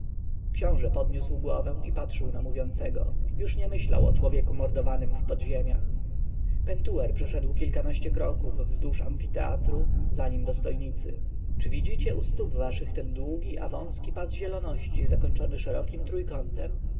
książę podniósł głowę i patrzył na mówiącego już nie myślał o człowieku mordowanym w podziemiach pentuer przeszedł kilkanaście kroków wzdłuż amfiteatru za nim dostojnicy czy widzicie u stóp waszych ten długi a wąski pas zieloności zakończony szerokim trójkątem